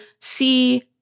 see